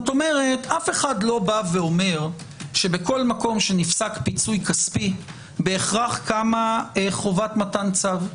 כלומר אף אחד לא אומר שכל מקום שנפסק פיצוי כספי בהכרח קמה חובת מתן צו,